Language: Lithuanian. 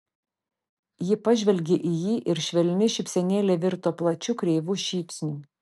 ji pažvelgė į jį ir švelni šypsenėlė virto plačiu kreivu šypsniu